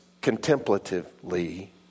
contemplatively